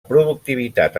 productivitat